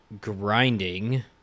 grinding